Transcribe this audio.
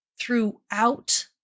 throughout